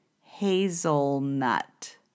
hazelnut